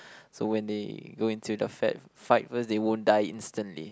so when they go into the fat fight first they won't die instantly